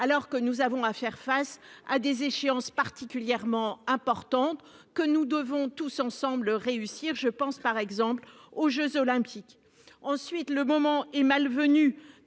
alors qu'elle sera confrontée à des échéances particulièrement importantes, que nous devons tous ensemble réussir ; je pense par exemple aux jeux Olympiques. Ensuite, le moment est malvenu,